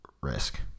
risk